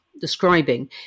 describing